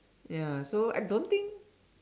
ya so I don't think